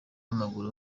w’amaguru